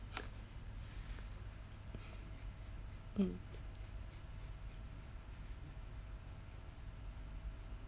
mm